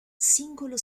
singolo